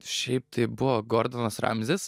šiaip tai buvo gordanas ramzis